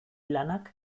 lanak